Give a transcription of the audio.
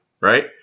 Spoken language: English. right